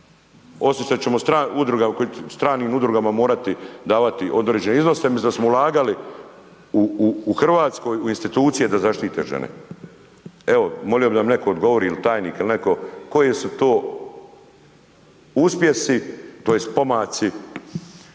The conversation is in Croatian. Osim što ćemo stranim udrugama morati davati određene iznose umjesto da smo ulagali u Hrvatskoj u institucije da zaštite žene. Evo molio bih da mi netko odgovori ili tajnik ili neko, koji su to uspjesi, tj. pomaci